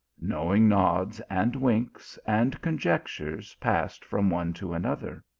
knowing nods, and winks, and conjectures passed from one to another.